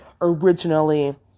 originally